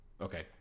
okay